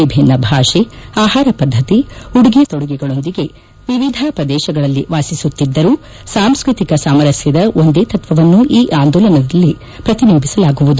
ವಿಭಿನ್ನ ಭಾಷೆ ಆಹಾರ ಪದ್ಗತಿ ಉಡುಗೆ ತೊಡುಗೆಗಳೊಂದಿಗೆ ವಿವಿಧ ಪ್ರದೇಶಗಳಲ್ಲಿ ವಾಸಿಸುತ್ತಿದ್ದರೂ ಸಾಂಸ್ಕೃತಿಕ ಸಾಮರಸ್ಯದ ಒಂದೇ ತತ್ವವನ್ನು ಈ ಆಂದೋಲನದಲ್ಲಿ ಪ್ರತಿಬಿಂಬಿಸಲಾಗುವುದು